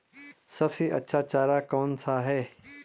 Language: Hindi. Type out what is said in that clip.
सबसे अच्छा चारा कौन सा है?